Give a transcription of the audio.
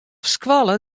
skoalle